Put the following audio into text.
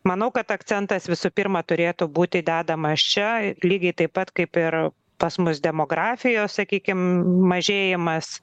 manau kad akcentas visų pirma turėtų būti dedamas čia lygiai taip pat kaip ir pas mus demografijos sakykim mažėjimas